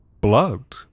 blood